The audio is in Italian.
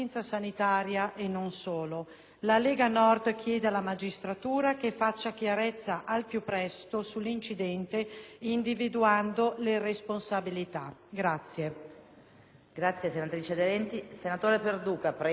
La Lega Nord chiede alla magistratura di fare chiarezza al più presto sull'incidente, individuando le responsabilità. **Per